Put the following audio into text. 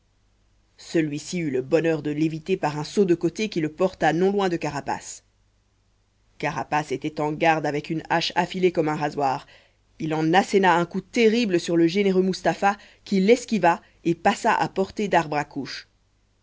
celui-ci eut le bonheur de l'éviter par un saut de côté qui le porta non loin de carapace carapace était en garde avec une hache affilée comme un rasoir il en asséna un coup terrible sur le généreux mustapha qui l'esquiva et passa à portée